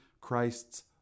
Christ's